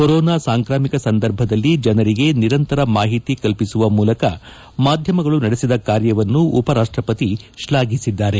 corona ಸಾಂಕ್ರಾಮಿಕ ಸಂದರ್ಭದಲ್ಲಿ ಜನರಿಗೆ ನಿರಂತರ ಮಾಹಿತಿ ಕಲ್ಪಿಸುವ ಮೂಲಕ ಮಾಧ್ಯಮಗಳು ನಡೆಸಿದ ಕಾರ್ಯವನ್ನು ಉಪರಾಷ್ಟ ಪತಿ ಶ್ಲಾಘಿಸಿದ್ದಾರೆ